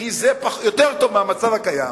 כי זה יותר טוב מהמצב הקיים,